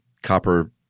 Copper